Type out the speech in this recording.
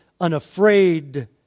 unafraid